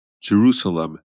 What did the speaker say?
Jerusalem